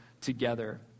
together